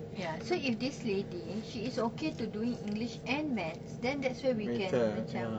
ya so if this lady she is okay to doing english and maths then that's where we can macam